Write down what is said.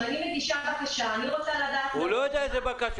אם אני מגישה בקשה אני רוצה לדעת -- הוא לא יודע איזו בקשה.